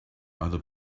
other